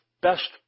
best